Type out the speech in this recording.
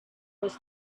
was